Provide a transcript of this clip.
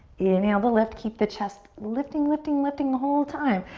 inhale to lift. keep the chest lifting, lifting, lifting the whole time.